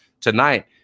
tonight